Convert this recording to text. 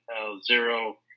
L-Zero